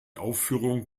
aufführung